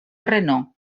renau